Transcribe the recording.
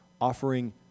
Offering